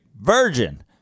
Virgin